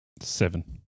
Seven